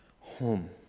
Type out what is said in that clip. home